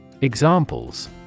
Examples